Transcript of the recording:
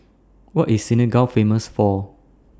What IS Senegal Famous For